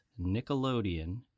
nickelodeon